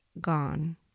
gone